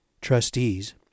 trustees